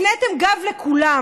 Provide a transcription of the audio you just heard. הפניתם גב לכולם.